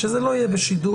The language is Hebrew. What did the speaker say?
כשזה לא יהיה בשידור,